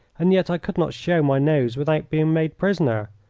and yet i could not show my nose without being made prisoner.